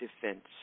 Defense